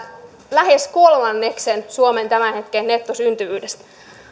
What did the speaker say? lähes kolmanneksesta suomen tämän hetken nettosyntyvyydestä